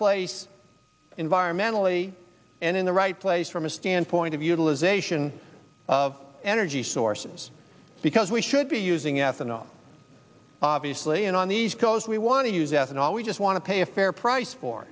place environmentally and in the right place from a standpoint of utilization of energy sources because we should be using ethanol obviously and on the east coast we want to use ethanol we just want to pay a fair price for